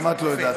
גם את לא יודעת.